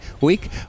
week